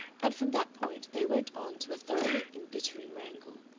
and from that point they went on to a thoroughly embittering wrangle.